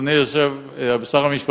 אדוני שר המשפטים,